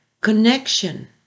Connection